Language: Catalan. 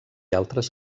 altres